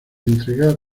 entregar